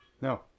No